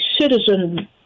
citizen